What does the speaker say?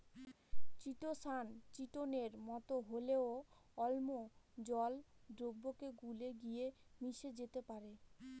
chitosan চিটোনের মতো হলেও অম্ল জল দ্রাবকে গুলে গিয়ে মিশে যেতে পারে